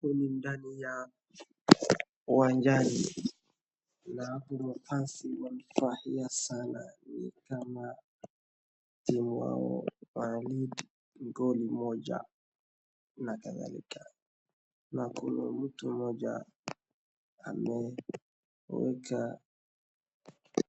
huko ni ndani ya uwanjani na huko wafansi wamefurahia sana ni kama timu wao wanalead goli moja na kadhalika na kuna mtu mmoja ameweka